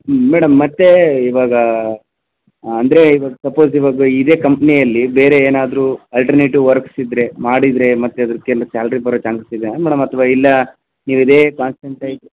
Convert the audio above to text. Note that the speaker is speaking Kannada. ಮೇಡಮ್ ಮತ್ತೆ ಇವಾಗ ಅಂದರೆ ಇವಾಗ ಸಪೋಸ್ ಇವಾಗ ಇದೆ ಕಂಪ್ನಿಯಲ್ಲಿ ಬೇರೆ ಏನಾದರು ಅಲ್ಟರ್ನೇಟಿವ್ ವರ್ಕ್ಸ್ ಇದ್ದರೆ ಮಾಡಿದರೆ ಮತ್ತೆ ಅದಿಕ್ಕೆಲ್ಲ ಸ್ಯಾಲ್ರಿ ಬರೋ ಚಾನ್ಸಸ್ ಇದೆಯಾ ಮೇಡಮ್ ಅಥ್ವಾ ಇಲ್ಲ ನೀವು ಇದೇ ಕಾನ್ಸ್ಟೆಂಟ್ ಆಗಿ